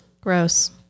Gross